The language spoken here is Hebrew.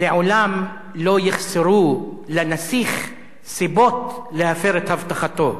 "לעולם לא יחסרו לנסיך סיבות להפר את הבטחתו".